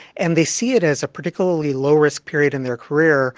and they see it as a particularly low-risk period in their career,